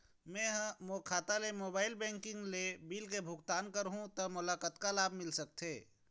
मैं हा मोर खाता ले मोबाइल बैंकिंग ले बिल के भुगतान करहूं ता मोला कतक लाभ मिल सका थे?